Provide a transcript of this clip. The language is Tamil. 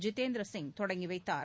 ஜிதேந்திர சிங் தொடங்கி வைத்தார்